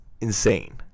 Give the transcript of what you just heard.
insane